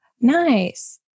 Nice